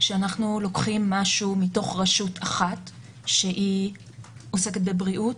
שאנחנו לוקחים משהו מתוך רשות אחת שעוסקת בבריאות,